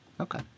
Okay